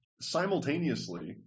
simultaneously